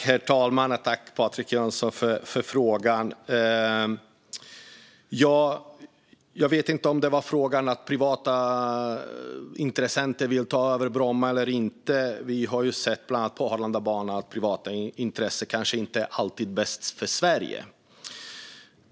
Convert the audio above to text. Herr talman! Jag tackar Patrik Jönsson för frågan. Jag vet inte om frågan handlade om huruvida privata intressenter vill ta över Bromma eller inte. Vi har sett bland annat när det gäller Arlandabanan att privata intressen kanske inte alltid är bäst för Sverige.